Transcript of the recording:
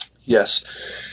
Yes